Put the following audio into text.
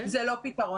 זה לא פתרון.